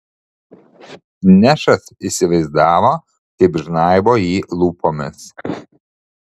nešas įsivaizdavo kaip žnaibo jį lūpomis